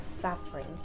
suffering